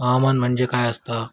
हवामान म्हणजे काय असता?